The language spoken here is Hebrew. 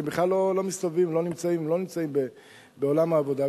הם בכלל לא נמצאים בעולם העבודה,